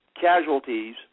casualties